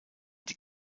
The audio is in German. die